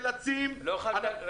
לא יכולת להיות בזום?